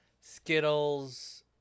Skittles